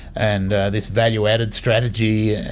and this value-added strategy, and